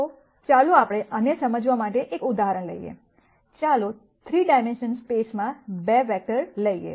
તો ચાલો આપણે આને સમજવા માટે એક ઉદાહરણ લઈએ ચાલો 3 ડાઈમેન્શનલ સ્પેસમાં 2 વેક્ટર લઈએ